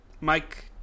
Mike